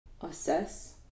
assess